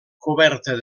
coberta